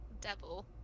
devil